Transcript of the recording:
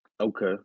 Okay